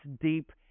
deep